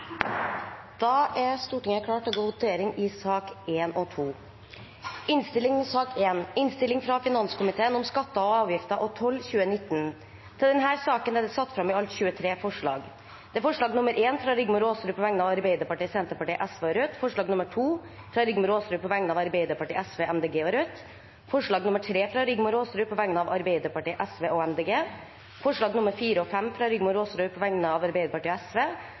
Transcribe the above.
Da er Stortinget klar til å gå til votering over sakene nr. 1 og 2 på dagens kart. Under debatten er det satt fram i alt 23 forslag. Det er forslag nr. 1, fra Rigmor Aasrud på vegne av Arbeiderpartiet, Senterpartiet, Sosialistisk Venstreparti og Rødt forslag nr. 2, fra Rigmor Aasrud på vegne av Arbeiderpartiet, Sosialistisk Venstreparti, Miljøpartiet De Grønne og Rødt forslag nr. 3, fra Rigmor Aasrud på vegne av Arbeiderpartiet, Sosialistisk Venstreparti og Miljøpartiet De Grønne forslagene nr. 4 og 5, fra Rigmor Aasrud på vegne av Arbeiderpartiet og